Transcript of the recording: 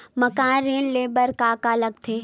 मकान ऋण ले बर का का लगथे?